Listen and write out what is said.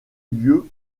lieu